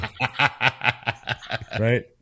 Right